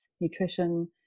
nutrition